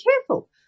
careful